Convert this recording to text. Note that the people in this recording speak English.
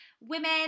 women